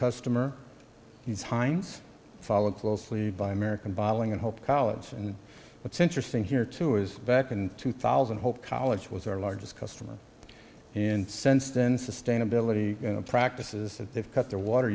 customer he's heinz followed closely by american bottling and hope college and what's interesting here too is back in two thousand hope college was our largest customer and since then sustainability practices they've cut their water